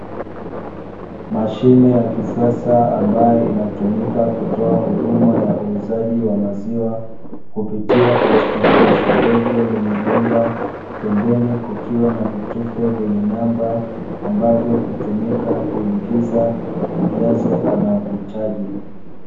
Mashine ya kisasa ambayo inatumika kutoa huduma ya uuzaji wa maziwa, kupitia katika dirisha dogo lenye bomba. Pembeni kukiwa na vitufe vyenye namba, ambavyo hutumika kuingiza ujazo anaohitaji.